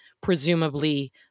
presumably